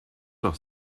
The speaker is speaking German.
doch